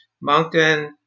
Moncton